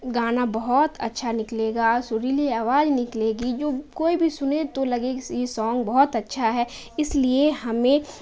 گانا بہت اچھا نکلے گا اور سریلی آواز نکلے گی جو کوئی بھی سنے تو لگے یہ سانگ بہت اچھا ہے اس لیے ہمیں